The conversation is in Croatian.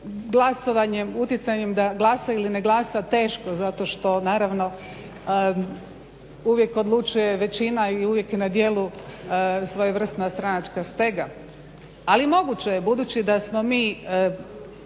Glasovanje, uticanjem da glasa ili ne glasa teško zato što naravno uvijek odlučuje većina i uvijek je na djelu svojevrsna stranačka stega. Ali moguće je da budući da smo mi